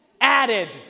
added